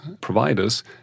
providers